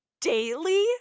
daily